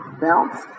bounce